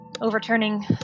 overturning